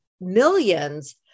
millions